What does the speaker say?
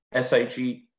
SIG